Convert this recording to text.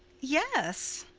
yes.